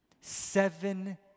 Seven